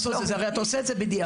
הרי אתה עושה את זה בדיעבד.